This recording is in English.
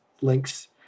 links